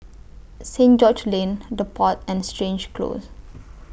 Saint George's Lane The Pod and Stangee Close